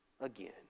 again